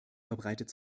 verbreitet